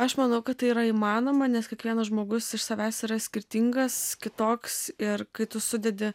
aš manau kad tai yra įmanoma nes kiekvienas žmogus iš savęs yra skirtingas kitoks ir kai tu sudedi